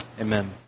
Amen